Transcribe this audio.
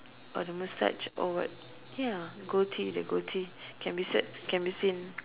or the mustache or what ya goatee the goatee can be said can be seen